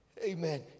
Amen